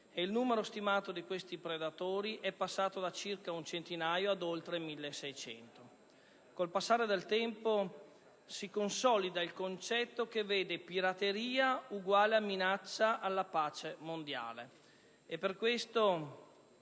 il numero stimato di questi predatori è passato da circa un centinaio ad oltre 1.600. Con il passare del tempo si consolida il concetto "pirateria uguale minaccia alla pace mondiale".